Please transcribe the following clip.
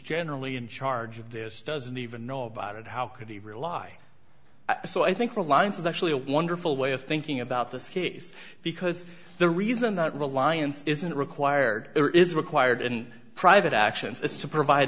generally in charge of this doesn't even know about it how could he rely so i think reliance is actually a wonderful way of thinking about this case because the reason that reliance isn't required here is required in private actions is to provide